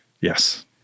Yes